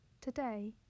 Today